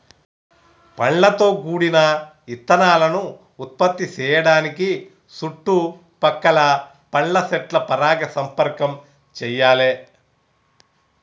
పండ్లతో గూడిన ఇత్తనాలను ఉత్పత్తి సేయడానికి సుట్టు పక్కల పండ్ల సెట్ల పరాగ సంపర్కం చెయ్యాలే